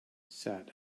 sat